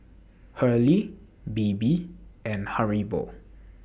Hurley Bebe and Haribo